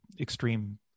extreme